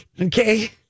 Okay